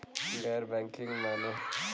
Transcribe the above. गैर बैंकिंग माने?